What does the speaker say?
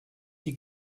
die